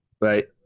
right